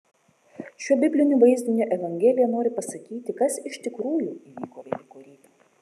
šiuo bibliniu vaizdiniu evangelija nori pasakyti kas iš tikrųjų įvyko velykų rytą